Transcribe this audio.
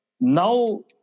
Now